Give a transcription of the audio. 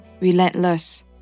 Relentless